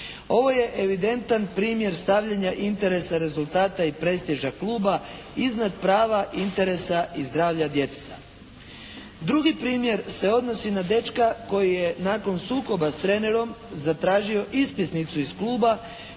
Ovo je evidentan primjer stavljanja interesa rezultata i prestiža kluba iznad prava i interesa i zdravlja djeteta. Drugi primjer se odnosi na dečka koji je nakon sukoba sa trenerom zatražio ispisnicu iz kluba